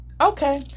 Okay